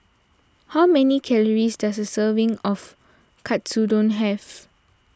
how many calories does a serving of Katsudon have